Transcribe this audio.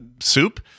soup